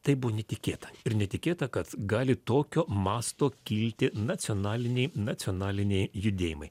tai buvo netikėta ir netikėta kad gali tokio masto kilti nacionaliniai nacionaliniai judėjimai